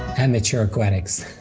amateur aquatics.